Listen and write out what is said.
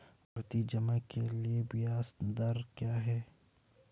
आवर्ती जमा के लिए ब्याज दर क्या है?